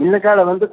நிலைக்காலு வந்து